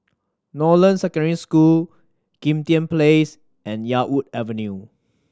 Northland Secondary School Kim Tian Place and Yarwood Avenue